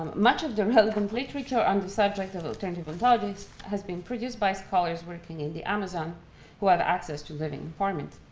much of the relevant literature on the subject of of tangible ontologies has been produced by scholars working in the amazon who have access to living informants.